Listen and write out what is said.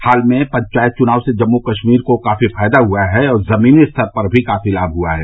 हाल में हुए पंचायत चुनाव से जम्मू कश्मीर को काफी लाभ हुआ है और जमीन स्तर पर भी काफी लाभ पहुंचा है